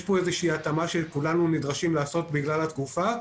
יש פה התאמה שכולנו נדרשים לעשות בגלל התקופה,